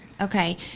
Okay